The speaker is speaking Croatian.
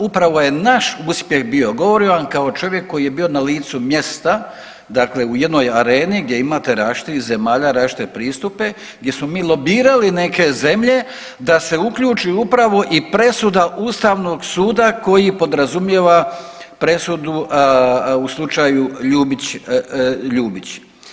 Upravo je naš uspjeh bio, govorim vam kao čovjek koji je bio na licu mjesta, dakle u jednoj areni gdje imate različitih zemalja, različite pristupe gdje smo mi lobirali neke zemlje da se uključi upravo i presuda Ustavnog suda koji podrazumijeva presudu u slučaju Ljubić Ljubić.